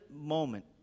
moment